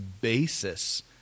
basis